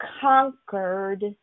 conquered